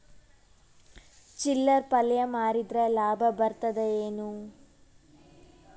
ಚಿಲ್ಲರ್ ಪಲ್ಯ ಮಾರಿದ್ರ ಲಾಭ ಬರತದ ಏನು?